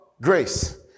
grace